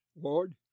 Lord